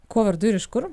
kuo vardu ir iš kur